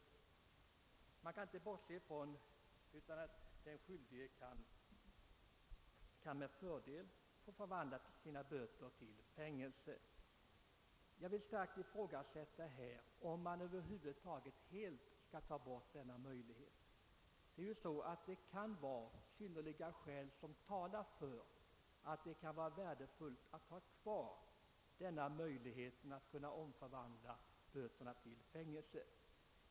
Det går emellertid inte att bortse från att det kan vara till fördel för den skyldige att få bötesstraffet förvandlat till fängelsestraff, och jag vill därför ifrågasätta om denna möjlighet helt bör tas bort. Synnerliga skäl talar också för att det kan vara värdefullt att ha kvar möjligheten att förvandla bötesstraff till fängelsestraff.